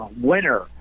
winner